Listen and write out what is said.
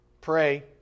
Pray